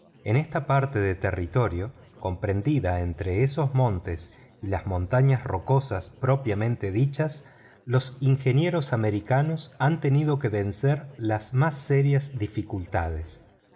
en esta parte de territorio comprendida entre esos montes y las montañas rocosas propiamente dichas los ingenieros americanos han tenido que vencer las más serias dificultades